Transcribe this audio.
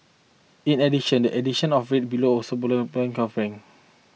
in addition the addition of rate below so below of bank coffee